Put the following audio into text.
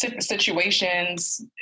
Situations